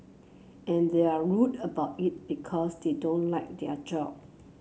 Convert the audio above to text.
and they're rude about it because they don't like their job